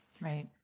Right